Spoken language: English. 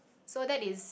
so that is